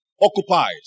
occupied